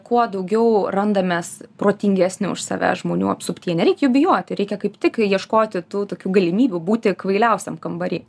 kuo daugiau randamės protingesnių už save žmonių apsupty nereikia jų bijoti reikia kaip tik ieškoti tų tokių galimybių būti kvailiausiam kambary